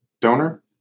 donor